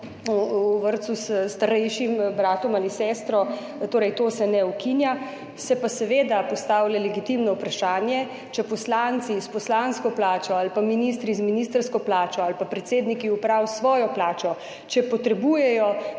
v vrtcu s starejšim bratom ali sestro, to se ne ukinja. Se pa seveda postavlja legitimno vprašanje, če poslanci s poslansko plačo ali pa ministri z ministrsko plačo ali pa predsedniki uprav s svojo plačo potrebujejo,